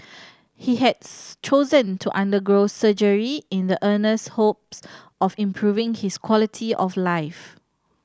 he has chosen to undergo surgery in the earnest hopes of improving his quality of life